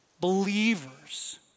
believers